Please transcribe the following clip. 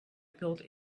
built